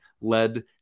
led